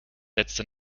letzte